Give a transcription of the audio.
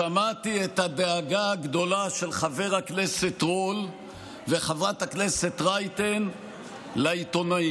שמעתי את הדאגה הגדולה של חבר הכנסת רול וחברת הכנסת רייטן לעיתונאים,